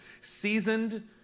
Seasoned